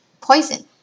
poison